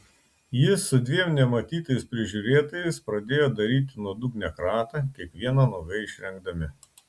jis su dviem nematytais prižiūrėtojais pradėjo daryti nuodugnią kratą kiekvieną nuogai išrengdami